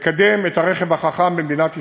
לקדם את הרכב החכם במדינת ישראל.